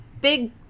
big